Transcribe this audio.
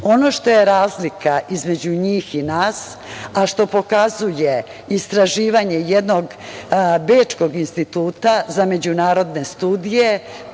što je razlika između njih i nas, a što pokazuje istraživanje jednog Bečkog instituta za međunarodne studije,